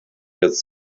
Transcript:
jetzt